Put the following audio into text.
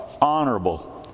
honorable